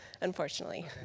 unfortunately